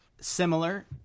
similar